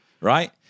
Right